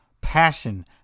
passion